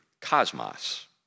cosmos